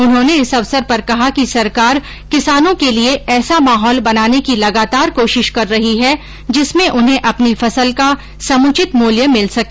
उन्होंने इस अवसर पर कहा कि सरकार किसानों के लिए ऐसा माहौल बनाने की लगातार कोशिश कर रही है जिसमें उन्हें अपनी फसल का समुचित मूल्य मिल सके